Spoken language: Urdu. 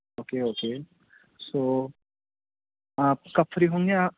اوکے اوکے سو آپ کب فری ہوں گے آپ